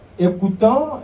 Écoutant